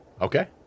Okay